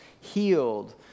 healed